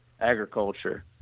agriculture